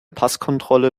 passkontrolle